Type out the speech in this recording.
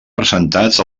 presentats